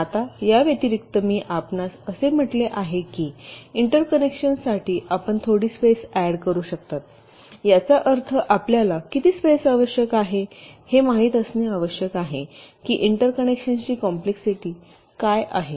आता याव्यतिरिक्त मी आपणास असे म्हटले आहे की इंटरकनेक्शन्ससाठी आपण थोडी स्पेस ऍड करू शकता याचा अर्थ आपल्याला किती स्पेस आवश्यक आहे हे माहित असणे आवश्यक आहे की इंटरकनेक्शन्सची कॉम्प्लेक्सिटी काय आहे